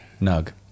Nug